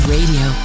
Radio